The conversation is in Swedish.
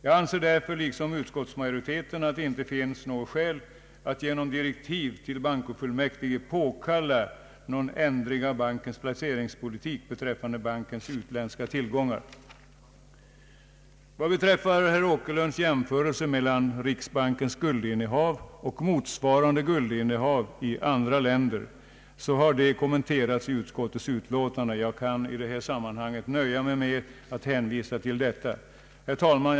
Jag anser därför, liksom utskottsmajoriteten, att det inte finns något skäl att genom direktiv till bankofullmäktige påkalla någon ändring av bankens placeringspolitik beträffande bankens utländska tillgångar. Herr Åkerlunds jämförelser mellan riksbankens guldinnehav och motsvarande guldinnehav i andra länder har kommenterats i utskottets utlåtande, och jag kan i detta sammanhang nöja mig med att hänvisa till detta. Herr talman!